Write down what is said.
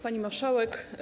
Pani Marszałek!